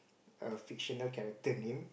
a fictional character name